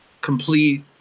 complete